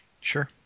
Sure